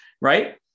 right